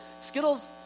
Skittles